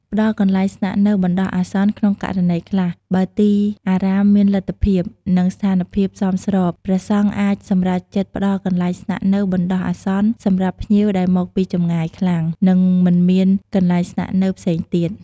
ព្រះអង្គលើកទឹកចិត្តពុទ្ធបរិស័ទឲ្យធ្វើបុណ្យទាន និងចូលរួមក្នុងការបដិសណ្ឋារកិច្ចភ្ញៀវ ដែលជាផ្នែកមួយនៃការកសាងបុណ្យកុសល និងសាមគ្គីភាពសហគមន៍។